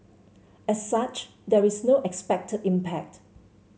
as such there is no expected impact